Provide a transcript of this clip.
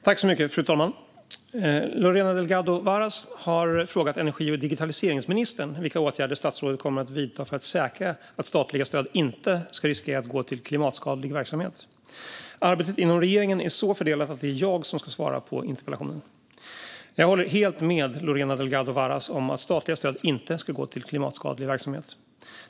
Fru talman! Lorena Delgado Varas har frågat energi och digitaliseringsministern vilka åtgärder statsrådet kommer att vidta för att säkra att statliga stöd inte riskerar att gå till klimatskadlig verksamhet. Arbetet inom regeringen är så fördelat att det är jag som ska svara på interpellationen. Jag håller helt med Lorena Delgado Varas om att statliga stöd inte ska gå till klimatskadlig verksamhet.